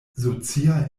socia